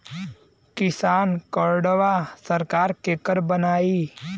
किसान कार्डवा सरकार केकर बनाई?